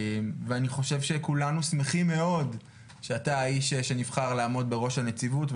ואני חושב שכולנו שמחים מאוד שאתה האיש שנבחר לעמוד בראש הנציבות.